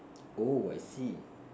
oh I see